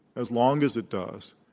as long as it does,